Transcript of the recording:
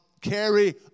carry